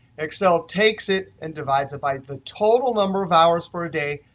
excel takes it and divides it by the total number of hours per day,